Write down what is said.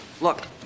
Look